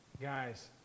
Guys